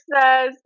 says